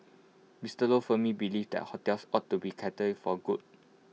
Mister lo firmly believes that hotels ought to be for good